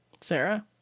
Sarah